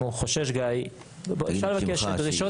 אם גיא חושש אז אפשר לבקש שדרישות